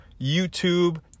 YouTube